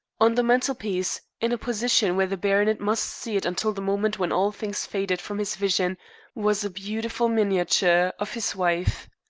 on the mantelpiece in a position where the baronet must see it until the moment when all things faded from his vision was a beautiful miniature of his wife.